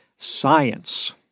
Science